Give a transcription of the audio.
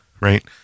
right